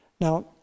Now